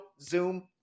Zoom